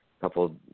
couple